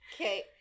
Okay